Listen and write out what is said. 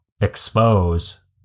expose